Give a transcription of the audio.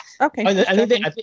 Okay